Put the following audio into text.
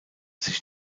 sich